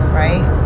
right